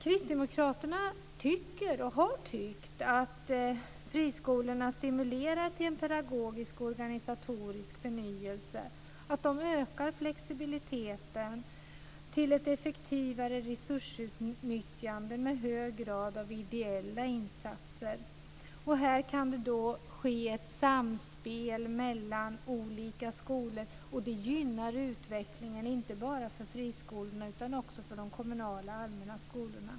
Kristdemokraterna tycker, och har tyckt, att friskolorna stimulerar till en pedagogisk och organisatorisk förnyelse och att de ökar flexibiliteten till ett effektivare resursutnyttjande med hög grad av ideella insatser. Här kan det ske ett samspel mellan olika skolor. Det gynnar utvecklingen inte bara för friskolorna utan också för de kommunala allmänna skolorna.